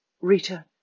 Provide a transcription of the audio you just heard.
Rita